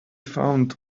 found